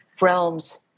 realms